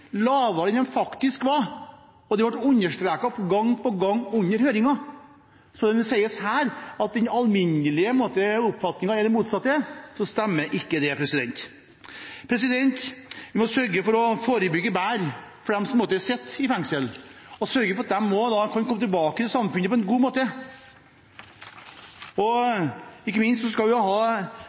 lavere enn de faktisk er. Det ble understreket gang på gang under høringen. Når det sies her at den alminnelige oppfatningen er det motsatte, stemmer ikke det. Vi må sørge for å forebygge bedre for dem som sitter i fengsel, og sørge for at de kan komme tilbake til samfunnet på en god måte. Ikke minst skal